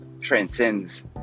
transcends